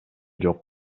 жок